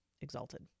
exalted